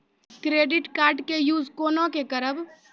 Credit card के use कोना के करबऽ?